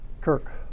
Kirk